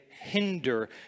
Hinder